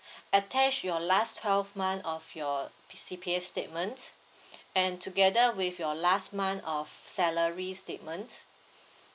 attach your last twelve month of your C_P_F statements and together with your last month of salary statement